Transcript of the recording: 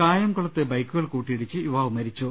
കായംകുളത്ത് ബൈക്കുകൾ കൂട്ടിയിടിച്ച് യുവാവ് മരിച്ചു